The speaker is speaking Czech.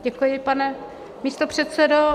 Děkuji, pane místopředsedo.